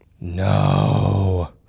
No